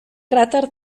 cràter